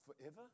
forever